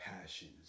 passions